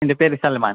എൻ്റെ പേര് സൽമാൻ